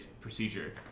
procedure